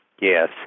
Yes